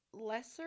lesser